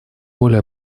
более